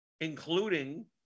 including